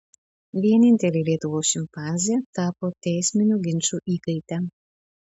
vienintelė lietuvos šimpanzė tapo teisminių ginčų įkaite